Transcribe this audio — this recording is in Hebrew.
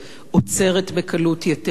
עוצרת בקלות יתירה.